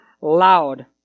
loud